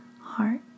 heart